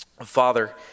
Father